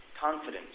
confidence